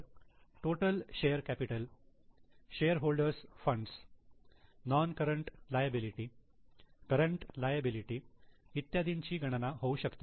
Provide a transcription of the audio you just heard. तर total share capital share holders fund share holders' funds non current liability current liability इत्यादींची गणना होऊ शकते